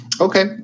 Okay